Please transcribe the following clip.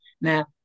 Now